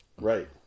Right